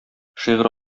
шигырь